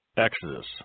Exodus